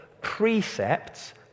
precepts